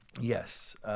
Yes